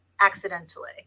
accidentally